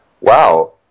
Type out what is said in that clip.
wow